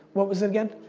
what was it again?